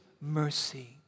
mercy